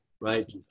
right